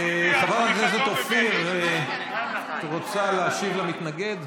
חברת הכנסת אופיר, את רוצה להשיב למתנגד?